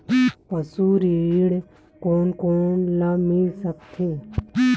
पशु ऋण कोन कोन ल मिल सकथे?